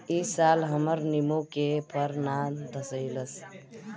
इ साल हमर निमो के फर ना धइलस